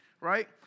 right